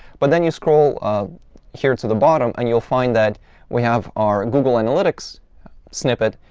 but then you scroll here to the bottom, and you'll find that we have our google analytics snippet,